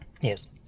Yes